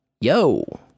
Yo